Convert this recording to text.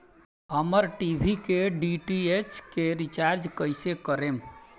हमार टी.वी के डी.टी.एच के रीचार्ज कईसे करेम?